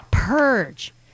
purge